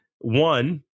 one